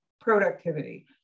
productivity